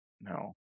No